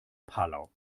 palau